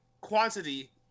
quantity